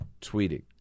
tweeting